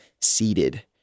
seated